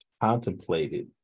contemplated